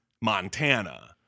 montana